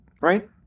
right